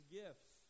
gifts